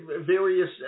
various